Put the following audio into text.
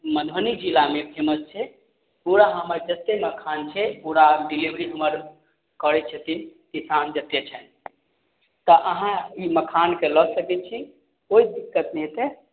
मधुबनी जिलामे फेमस छै पूरा हमर जते मखान छै पूरा डिलीभरी हमर करय छथिन किसान जते छथि तऽ अहाँ ई मखानके लअ सकय छी कोइ दिक्कत नहि हेतय